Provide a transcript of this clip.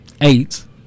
eight